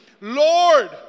Lord